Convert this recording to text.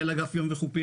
מנהל אגף ים וחופים,